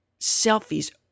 selfies